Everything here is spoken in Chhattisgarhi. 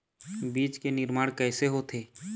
बीज के निर्माण कैसे होथे?